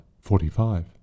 forty-five